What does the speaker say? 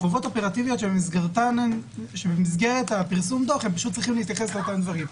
כחובות אופרטיביות שבמסגרת פרסום הדוח הם צריכים להתייחס לאותם דברים.